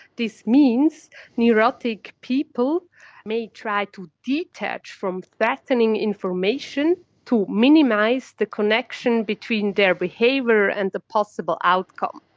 this means neurotic people may try to detach from threatening information to minimise the connection between their behaviour and the possible outcome.